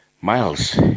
Miles